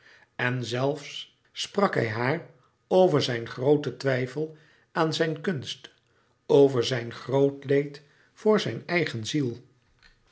en zelfs sprak hij haar over zijn grooten twijfel aan zijn kunst over zijn groot leed voor zijn eigen ziel